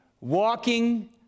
walking